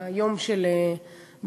שביום של בעלי-חיים,